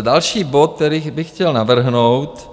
Další bod, který bych chtěl navrhnout,